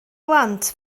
blant